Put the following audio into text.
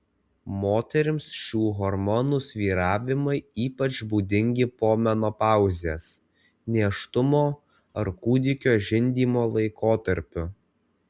moterims šių hormonų svyravimai ypač būdingi po menopauzės nėštumo ar kūdikio žindymo laikotarpiu